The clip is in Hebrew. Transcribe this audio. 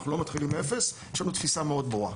אנחנו לא מתחילים מאפס, ויש לנו תפיסה מאוד ברורה.